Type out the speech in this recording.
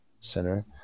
center